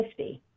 50